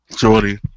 Jordy